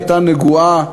הייתה נגועה